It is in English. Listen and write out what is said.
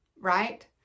right